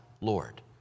Lord